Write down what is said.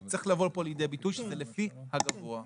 צריך לבוא כאן לידי ביטוי שזה לפי הגבוה.